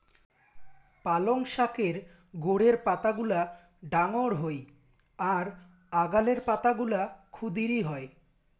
পালঙ শাকের গোড়ের পাতাগুলা ডাঙর হই আর আগালের পাতাগুলা ক্ষুদিরী হয়